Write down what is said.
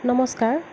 নমষ্কাৰ